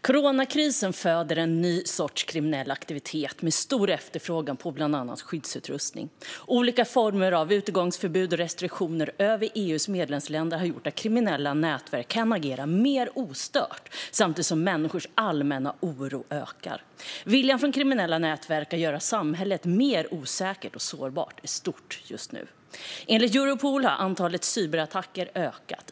Coronakrisen föder en ny sorts kriminell aktivitet med stor efterfrågan på bland annat skyddsutrustning. Olika former av utegångsförbud och restriktioner i EU:s medlemsländer har gjort att kriminella nätverk kan agera mer ostört samtidigt som människors allmänna oro ökar. Viljan från kriminella nätverk att göra samhället mer osäkert och sårbart är stor just nu. Enligt Europol har antalet cyberattacker ökat.